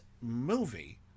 movie